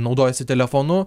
naudojasi telefonu